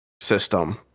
system